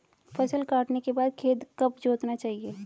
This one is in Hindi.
फसल काटने के बाद खेत कब जोतना चाहिये?